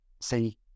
see